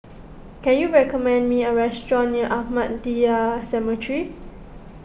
can you recommend me a restaurant near Ahmadiyya Cemetery